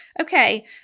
Okay